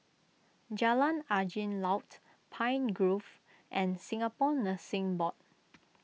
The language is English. Jalan Angin Laut Pine Grove and Singapore Nursing Board